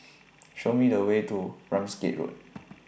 Show Me The Way to Ramsgate Road